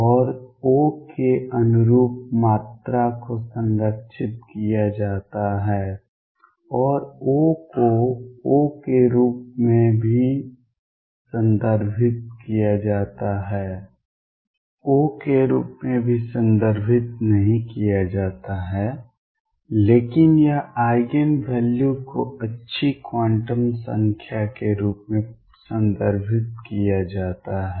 और O के अनुरूप मात्रा को संरक्षित किया जाता है और O को O के रूप में भी संदर्भित किया जाता है O के रूप में भी संदर्भित नहीं किया जाता है लेकिन यह आइगेन वैल्यू को अच्छी क्वांटम संख्या के रूप में संदर्भित किया जाता है